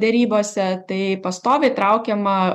derybose tai pastoviai traukiama